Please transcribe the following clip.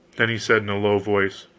then he said, in a low voice,